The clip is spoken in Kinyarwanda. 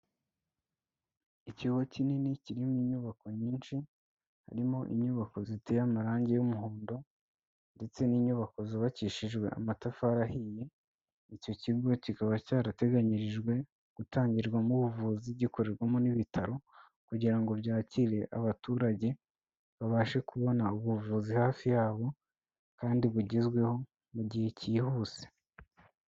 Ikigo kinini kirimo inyubako nyinshi, harimo inyubako ziteye amarangi y'umuhondo, ndetse n'inyubako zubakishijwe amatafari ahiye, icyo kigo kikaba cyarateganyirijwe gutangirwamo ubuvuzi gikorerwamo n'ibitaro, kugira ngo byakire abaturage babashe kubona ubuvuzi hafi yabo, kandi bugezweho mu gihe cyihuse.